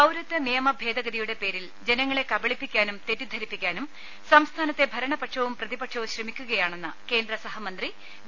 പൌരത്വ നിയമ ഭേദഗതിയുടെ പേരിൽ ജനങ്ങളെ കബളിപ്പിക്കാനും തെറ്റിദ്ധരിപ്പിക്കാനും സംസ്ഥാനത്തെ ഭരണപക്ഷവും പ്രതിപക്ഷവും ശ്രമിക്കുകയാണെന്ന് കേന്ദ്രസഹമന്ത്രി വി